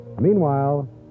Meanwhile